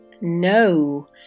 No